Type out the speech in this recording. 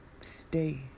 stay